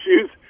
issues